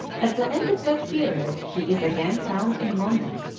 at the end of that period he is again found in london,